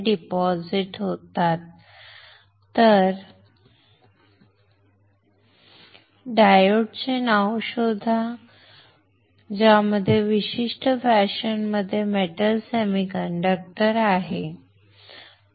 डायोडचे नाव शोधा डायोड हे नाव शोधा ज्यामध्ये या विशिष्ट फॅशनमध्ये मेटल सेमीकंडक्टर आहे ठीक आहे